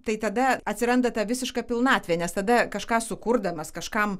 tai tada atsiranda ta visiška pilnatvė nes tada kažką sukurdamas kažkam